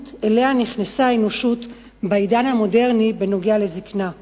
שאליה נכנסה האנושות בעידן המודרני בנוגע לזיקנה.